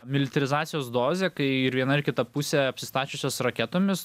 miltarizacijos dozė kai ir viena ir kita pusė apsistačiusios raketomis